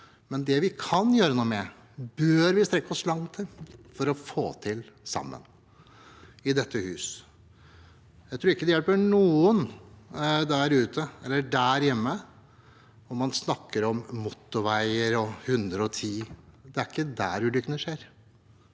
men det vi kan gjøre noe med, bør vi strekke oss langt for å få til sammen i dette hus. Jeg tror ikke det hjelper noen der ute eller der hjemme om man snakker om motorveier og 110 km/t. Det er ikke der ulykkene